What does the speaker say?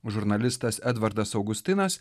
žurnalistas edvardas augustinas